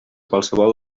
qualsevol